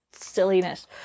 silliness